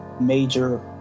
major